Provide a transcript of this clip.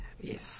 Yes